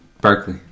Berkeley